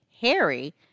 Harry